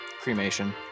Cremation